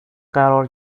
قرار